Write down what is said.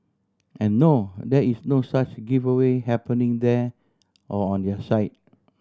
and no there is no such giveaway happening there or on their site